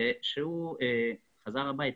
שהוא חזר הביתה.